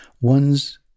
one's